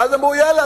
ואז אמרו: יאללה,